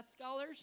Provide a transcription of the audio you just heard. scholars